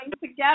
together